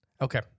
Okay